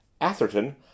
Atherton